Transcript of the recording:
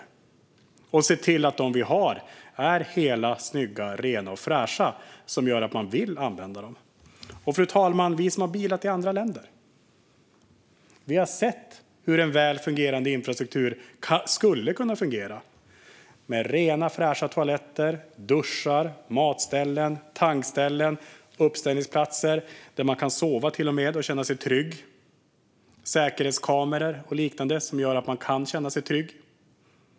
Regeringen borde se till att de rastplatser som vi har är hela, snygga, rena och fräscha så att man vill använda dem. Fru talman! Vi som har bilat i andra länder har sett hur en väl fungerande infrastruktur kan fungera med rena och fräscha toaletter, duschar, matställen, tankställen och uppställningsplatser där man till och med kan sova och känna sig trygg. Det finns säkerhetskameror och liknande som gör att man kan känna sig trygg.